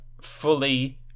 fully